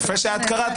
יפה שקראת.